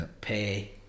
pay